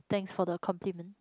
thanks for the compliment